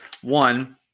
one